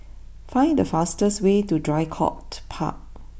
find the fastest way to Draycott Park